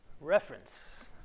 Reference